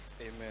Amen